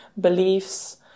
beliefs